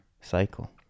cycle